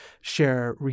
share